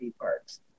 parks